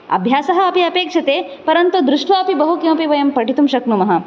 अभ्यासः अपि अपेक्षते परन्तु दृष्ट्वापि बहु किमपि वयं पठितुं शक्नुमः